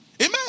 Amen